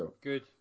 Good